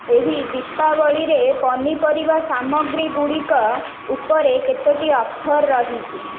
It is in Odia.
ଏହି ଦୀପାବଳିରେ ପନିପରିବା ସାମଗ୍ରୀଗୁଡ଼ିକ ଉପରେ କେତୋଟି ଅଫର୍ ରହିଛି